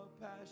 passion